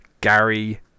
Gary